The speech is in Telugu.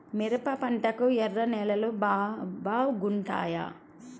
మిరప పంటకు ఎర్ర నేలలు బాగుంటాయా?